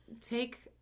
take